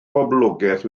boblogaeth